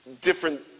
different